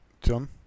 John